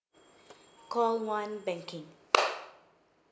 call one banking